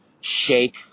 shake